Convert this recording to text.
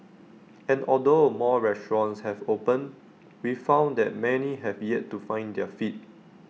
and although more restaurants have opened we found that many have yet to find their feet